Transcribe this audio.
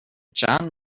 john